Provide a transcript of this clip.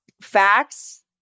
facts